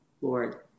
Lord